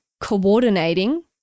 coordinating